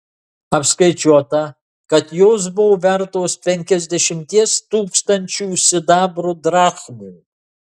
apskaičiuota kad jos buvo vertos penkiasdešimties tūkstančių sidabro drachmų